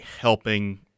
helping